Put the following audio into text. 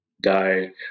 die